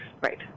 right